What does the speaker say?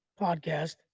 podcast